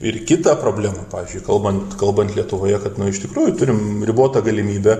ir kitą problemą pavyzdžiui kalbant kalbant lietuvoje kad nu iš tikrųjų turim ribotą galimybę